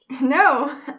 No